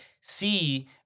see